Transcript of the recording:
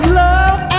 love